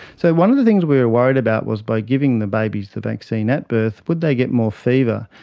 so one of the things we were worried about was by giving the babies the vaccine at birth, would they get more fever?